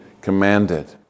commanded